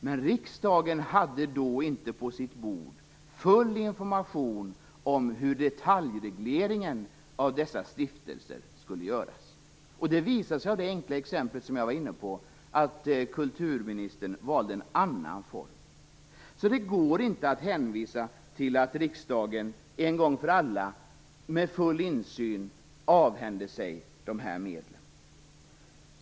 Men riksdagen hade då inte full information på sitt bord om hur detaljregleringen av dessa stiftelser skulle ske. Det visade sig, t.ex. av det enkla exempel som jag var inne på, att kulturministern valde en annan form. Det går alltså inte att hänvisa till att riksdagen en gång för alla med full insyn avhände sig de här medlen.